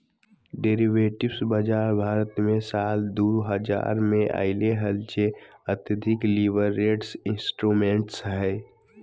derivatives बाजार भारत मे साल दु हजार मे अइले हल जे अत्यधिक लीवरेज्ड इंस्ट्रूमेंट्स हइ